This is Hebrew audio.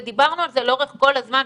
ודיברנו על זה לאורך כל הזמן,